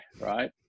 right